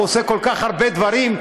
הוא עושה כל כך הרבה דברים,